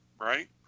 right